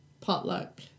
potluck